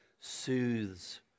soothes